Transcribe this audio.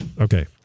Okay